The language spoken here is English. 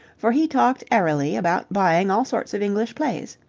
for he talked airily about buying all sorts of english plays.